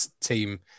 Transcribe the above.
team